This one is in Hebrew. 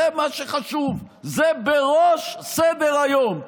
זה מה שחשוב, זה בראש סדר-היום.